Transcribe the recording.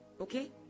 Okay